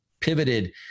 pivoted